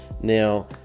now